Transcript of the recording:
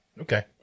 Okay